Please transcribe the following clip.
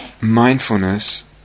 Mindfulness